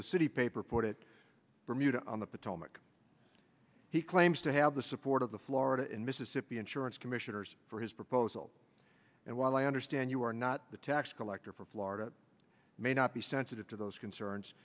the city paper put it bermuda on the potomac he claims to have the support of the florida and mississippi insurance commissioners for his proposal and while i understand you are not the tax collector for florida may not be sensitive to those concerns